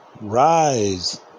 rise